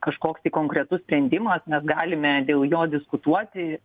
kažkoks tai konkretus sprendimas nes galime dėl jo diskutuoti